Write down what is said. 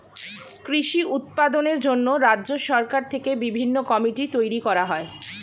কৃষি উৎপাদনের জন্য রাজ্য সরকার থেকে বিভিন্ন কমিটি তৈরি করা হয়